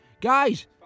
guys